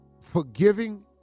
forgiving